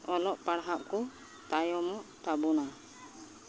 ᱚᱞᱚᱜ ᱯᱟᱲᱦᱟᱜ ᱠᱚ ᱛᱟᱭᱚᱢᱚᱜ ᱛᱟᱵᱚᱱᱟ